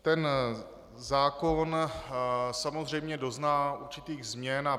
Ten zákon samozřejmě dozná určitých změn.